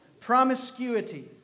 Promiscuity